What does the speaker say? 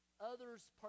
others